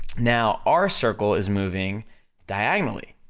now, our circle is moving diagonally,